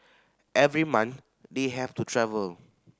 every month they have to travel